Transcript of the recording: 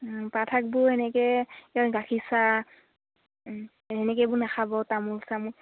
পাত শাকবোৰ সেনেকে গাখীৰ চাহ এনেকেবোৰ নাখাব তামোল চামোল